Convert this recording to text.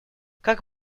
как